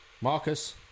Marcus